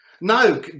no